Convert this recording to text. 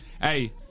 Hey